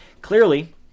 clearly